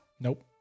Nope